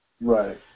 Right